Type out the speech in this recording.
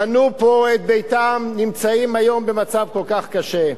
בנו פה את ביתם, נמצאים במצב כל כך קשה.